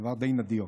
דבר די נדיר,